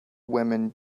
women